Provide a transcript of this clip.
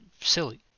silly